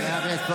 כל הדרישות שלכם,